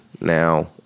now